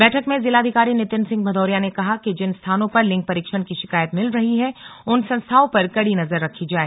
बैठक में जिलाधिकारी नितिन सिंह भदौरिया ने कहा कि जिन स्थानों पर लिंग परीक्षण की शिकायत मिल रही है उन संस्थाओं पर कड़ी नजर रखी जाय